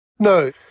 No